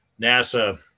NASA